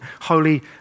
holy